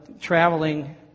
traveling